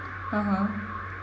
(uh huh)